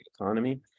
economy